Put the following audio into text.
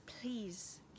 please